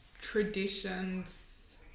traditions